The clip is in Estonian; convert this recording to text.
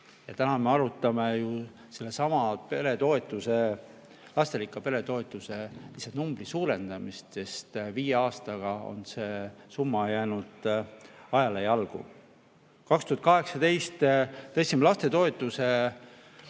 Ja täna me arutame ju sellesama peretoetuse, lasterikka pere toetuse numbri suurendamist, sest viie aastaga on see summa jäänud ajale jalgu. 2018 tõstsime lastetoetuse